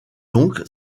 donc